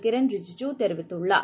கிரன் ரிஜூஜூ தெரிவித்துள்ளார்